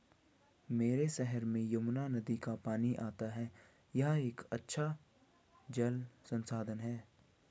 मेरे शहर में यमुना नदी का पानी आता है यह एक अच्छा जल संसाधन है